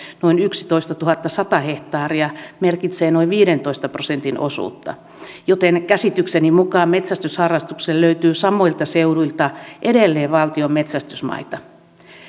noin yksitoistatuhattasata hehtaaria merkitsee noin viidentoista prosentin osuutta joten käsitykseni mukaan metsästysharrastukseen löytyy samoilta seuduilta edelleen valtion metsästysmaita